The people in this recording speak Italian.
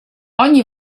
ogni